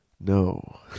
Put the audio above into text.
no